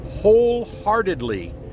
wholeheartedly